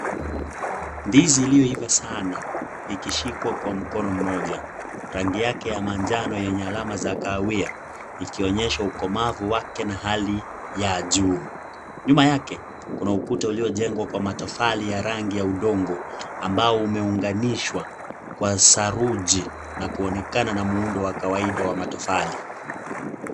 Ndizi ilioiva sana, ikishikwa kwa mkono mmoja, rangi yake ya manjano yenye alama za kahawia, ikionyesha ukomavu wake na hali ya juu, nyuma yake kuna ukuta uliojengwa kwa matofali ya rangi ya udongo, ambao umeunganishwa kwa saruji na kuonekana na muundo wa kawaida wa matofali.